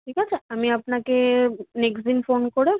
ঠিক আছে আমি আপনাকে নেক্সট দিন ফোন করে